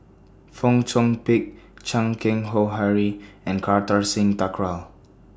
Fong Chong Pik Chan Keng Howe Harry and Kartar Singh Thakral